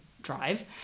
drive